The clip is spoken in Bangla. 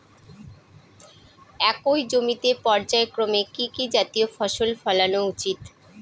একই জমিতে পর্যায়ক্রমে কি কি জাতীয় ফসল ফলানো উচিৎ?